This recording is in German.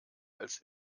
als